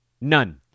None